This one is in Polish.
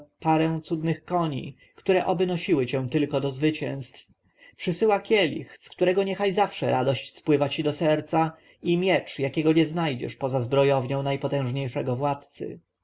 parę cudnych koni które oby nosiły cię tylko do zwycięstw przysyła kielich z którego niech zawsze radość spływa ci do serca i miecz jakiego nie znajdziesz poza zbrojownią najpotężniejszego władcy